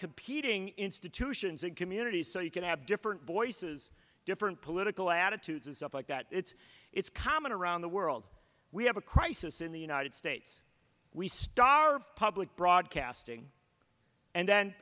competing institutions and communities so you can have different voices different political attitudes and stuff like that it's it's common around the world we have a crisis in the united states we stop our public broadcasting and then